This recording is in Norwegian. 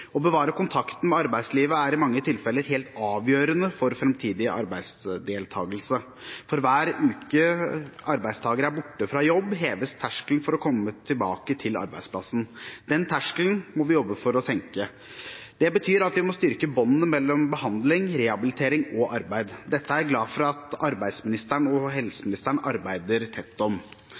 Å bevare kontakten med arbeidslivet er i mange tilfeller helt avgjørende for framtidig arbeidsdeltakelse. For hver uke arbeidstaker er borte fra jobb, heves terskelen for å komme tilbake til arbeidsplassen. Den terskelen må vi jobbe for å senke. Det betyr at vi må styrke båndene mellom behandling, rehabilitering og arbeid. Dette er jeg glad for at arbeidsministeren og helseministeren arbeider tett om.